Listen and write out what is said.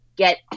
get